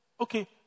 okay